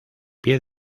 pie